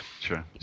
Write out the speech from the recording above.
Sure